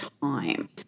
time